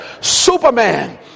Superman